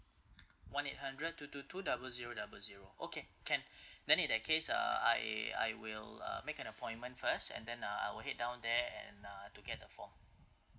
one eight hundred two two two double zero double zero okay can then in that case uh I I will uh make an appointment first and then uh I will head down there and uh to get the form